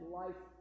life